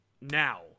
now